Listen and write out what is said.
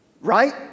Right